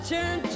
Turn